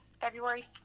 February